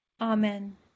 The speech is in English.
Amen